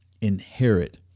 inherit